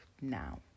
Now